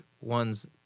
ones